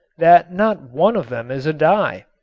that not one of them is a dye.